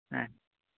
ᱦᱮᱸ